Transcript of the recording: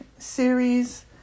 series